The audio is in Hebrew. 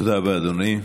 תודה רבה, אדוני.